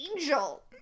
angel